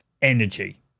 energy